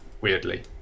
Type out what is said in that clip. weirdly